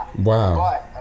Wow